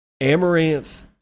Amaranth